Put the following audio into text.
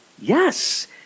Yes